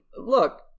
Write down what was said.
look